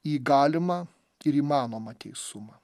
į galimą ir įmanomą teisumą